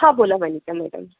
हं बोला वनिता मॅडम